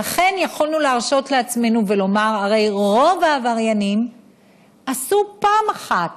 ולכן יכולנו להרשות לעצמנו ולומר: הרי רוב העבריינים עשו פעם אחת,